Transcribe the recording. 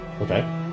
Okay